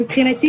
מבחינתי,